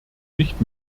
nicht